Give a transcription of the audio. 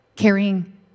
carrying